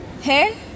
Hey